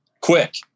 quick